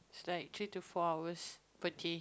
its like three to four hours per day